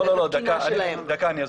לא, דקה אני אסביר.